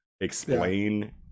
explain